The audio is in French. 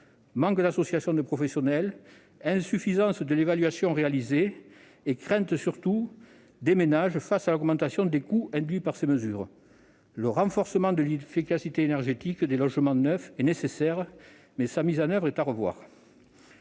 manque d'association des professionnels, insuffisance de l'évaluation réalisée et, surtout, crainte des ménages face à l'augmentation des coûts induits par ces mesures. Le renforcement de l'efficacité énergétique des logements neufs est nécessaire, mais sa mise en oeuvre est à revoir.